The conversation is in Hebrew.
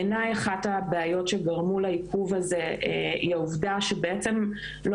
בעיני אחת הבעיות שגרמו לעיכוב הזה היא העובדה שבעצם לא